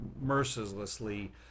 mercilessly